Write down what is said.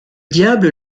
diable